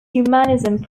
humanism